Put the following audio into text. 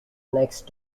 next